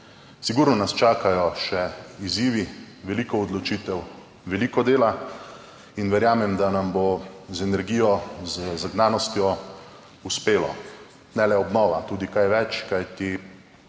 sigurno nas čakajo še izzivi, veliko odločitev, veliko dela in verjamem, da nam bo z energijo, z zagnanostjo uspelo, ne le obnova, tudi kaj več, kajti obnova